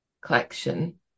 collection